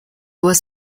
was